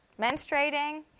menstruating